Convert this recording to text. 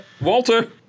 Walter